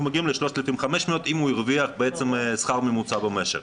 מגיעים ל-3,500 אם הוא הרוויח שכר ממוצע במשק.